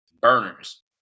burners